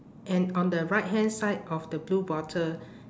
and on the right hand side of the blue bottle